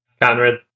Conrad